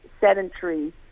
sedentary